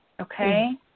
Okay